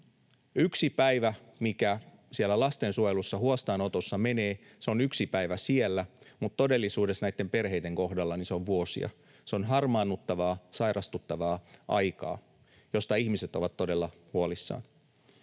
Yksi päivä, mikä siellä lastensuojelussa huostaanotossa menee, se on yksi päivä siellä, mutta todellisuudessa näiden perheiden kohdalla se on vuosia. Se on harmaannuttavaa, sairastuttavaa aikaa, jolloin ihmiset ovat todella huolissaan.